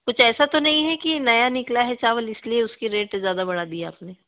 कुछ ऐसा तो नहीं हैं कि नया निकला हैं चावल इसलिए उसकी रेट ज़्यादा बढ़ा दी आपने